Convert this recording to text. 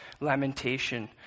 lamentation